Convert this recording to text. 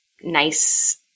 nice